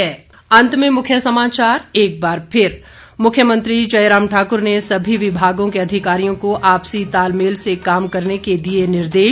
अंत में मुख्य समाचार एक बार फिर मुख्यमंत्री जयराम ठाकुर ने सभी विभागों के अधिकारियों को आपसी तालमेल से काम करने दिए निर्देश